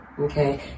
Okay